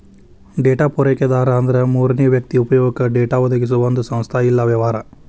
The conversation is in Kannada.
ಡೇಟಾ ಪೂರೈಕೆದಾರ ಅಂದ್ರ ಮೂರನೇ ವ್ಯಕ್ತಿ ಉಪಯೊಗಕ್ಕ ಡೇಟಾ ಒದಗಿಸೊ ಒಂದ್ ಸಂಸ್ಥಾ ಇಲ್ಲಾ ವ್ಯವಹಾರ